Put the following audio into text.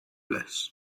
bliss